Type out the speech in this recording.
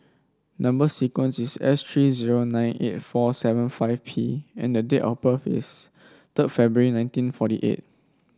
number sequence is S three zero nine eight four seven P and date of birth is third February nineteen forty eight